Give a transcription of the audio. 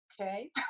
okay